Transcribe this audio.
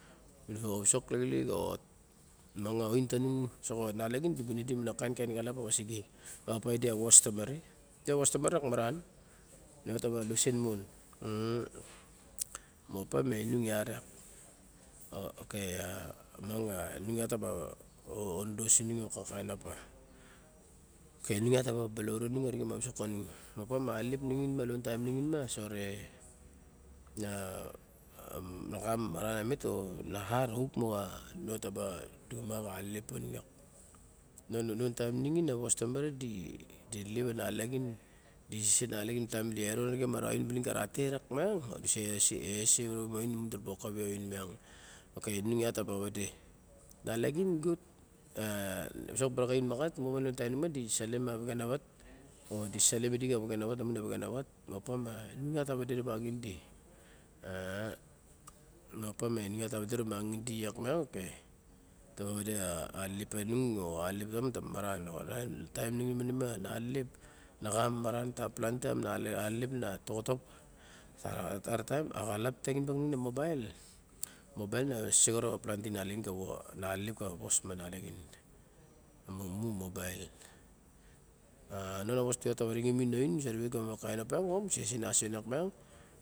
A visok lixiluk oi miuang a aun tanuy o nalaxin di buy nidim a kain kain kalap pawasige. Kava o pide a wos tamare. I de a was tomare lok maran, ma ne ta ba lausen mon. Mepa ma i nuk iat iak. A- okay a miang a inung iat, iuak taba onados inung ma kain opa. Opa inung iat ta ba balaure nung ma visok kanung. Mepa ma alolep nixin ma ka lion a taim nixin ma sore, na xa maran omet o na xa nip moxa ne ta ba mak a alelep manima. Lion a taim nixin a wos tomare di, di lep a nalaxin, duise a nalaxin taim di eron aruxen ma ra ain ka ra tet riak miang, di se se wowo nun lamun di ra ba akawe a ain iak miang. Okay inung iuat ta ba vade. Nalaxin gut a visok baraxain makat lion a taim manima di salium a vexenawat o disalim idi xa vexena wat lamun a vexenawat. Mopa ma inung ta vade rumangin idi. Mopa ma inung ta vade rumangin idi iak miang okay, ta vade a alelep pa nung a alelep panung ta ba maran. Taim nixin ma nima na alelep na xa maran ka planti taim a na alelep na toxotop a- a. Tara taim a xalap taxin mon a mmobile, mobile na sexorop a planti nalaxin mumu a mobile. A non a wan di yiat ta wa ringim inung nu sa ribe a kaun opiang o musese nasien iak miang.